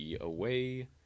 Away